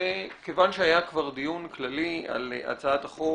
כיוון שהיה כבר דיון כללי על הצעת החוק